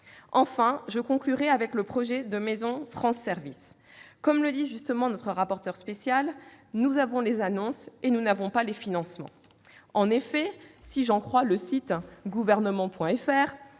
Enfin, j'en viens au projet de maisons France Services. Comme le souligne avec justesse le rapporteur spécial, nous avons les annonces et nous n'avons pas les financements. En effet, si j'en crois le site www.gouvernement.fr,